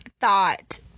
thought